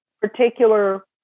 particular